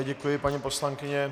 Děkuji vám, paní poslankyně.